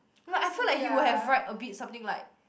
I feel like he would have write a bit something like